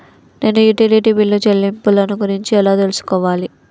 నేను utility bill చెల్లింపులను గురించి ఎలా తెలుసుకోవాలి?